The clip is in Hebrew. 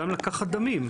גם לקחת דמים.